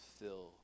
fill